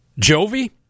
Jovi